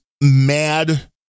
mad